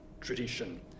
tradition